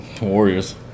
Warriors